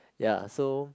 ya so